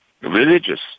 religious